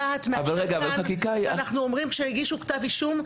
דעת מאשר כאן שאנחנו אומרים "כשהגישו כתב אישום",